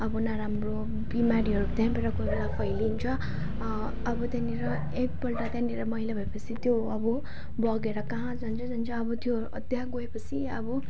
अब नराम्रो बिमारीहरू त्यहाँबाट गएर फैलिन्छ अब त्यहाँनिर एकपल्ट त्यहाँनिर मैला भएपछि त्यो अब बगेर कहाँ जान्छ जान्छ अब त्यो त्यहाँ गएपछि अब